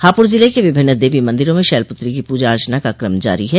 हापुड़ जिले के विभिन्न देवी मंदिरों में शैलपुत्री की पूजा अर्चना का क्रम जारी है